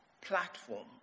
platform